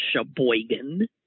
Sheboygan